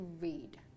read